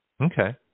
Okay